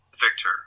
Victor